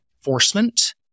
enforcement